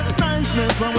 niceness